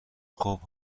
خوب